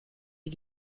die